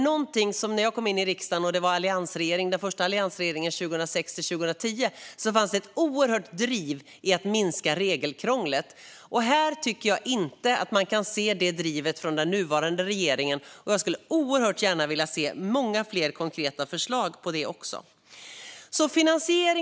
När jag kom in i riksdagen under den första alliansregeringens tid 2006-2010 fanns det ett oerhört driv för att minska regelkrånglet, men jag tycker inte att man kan se det drivet från den nuvarande regeringen. Jag skulle oerhört gärna se många fler konkreta förslag även på detta område.